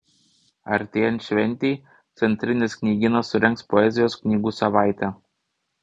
artėjant šventei centrinis knygynas surengs poezijos knygų savaitę